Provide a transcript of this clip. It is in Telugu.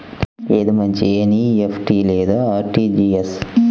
ఏది మంచి ఎన్.ఈ.ఎఫ్.టీ లేదా అర్.టీ.జీ.ఎస్?